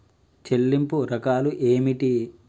చెల్లింపు రకాలు ఏమిటి?